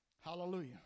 Hallelujah